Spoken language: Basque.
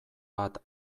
bat